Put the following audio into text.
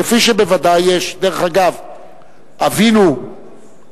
כפי שבוודאי יש, דרך אגב, אבינו אמר,